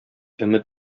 өмет